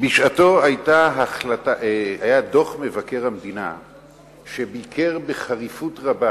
בשעתו היה דוח מבקר המדינה שביקר בחריפות רבה